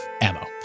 ammo